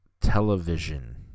television